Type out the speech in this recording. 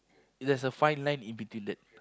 there's a fine line in between that